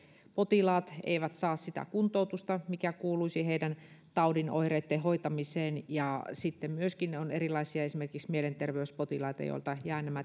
potilaat eivät saa sitä kuntoutusta mikä kuuluisi heidän tautinsa oireitten hoitamiseen ja sitten myöskin on erilaisia esimerkiksi mielenterveyspotilaita joilta jäävät